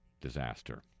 disaster